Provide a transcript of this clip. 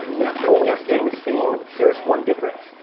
it's always been the same, here's one difference.